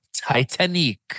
Titanic